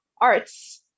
arts